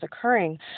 occurring